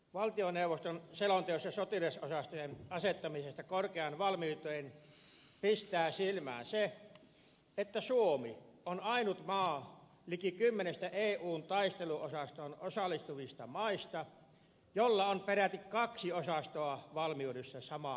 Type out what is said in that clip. valtioneuvoston selonteossa sotilasosastojen asettamisesta korkeaan valmiuteen pistää silmään se että suomi on ainut maa liki kymmenestä eun taisteluosastoon osallistuvasta maasta jolla on peräti kaksi osastoa valmiudessa samaan aikaan